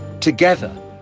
together